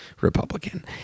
Republican